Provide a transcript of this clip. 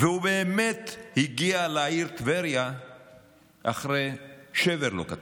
והוא באמת הגיע לעיר טבריה אחרי שבר לא קטן.